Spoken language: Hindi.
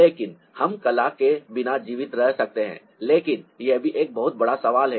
लेकिन हम कला के बिना जीवित रह सकते हैं लेकिन यह भी एक बहुत बड़ा सवाल है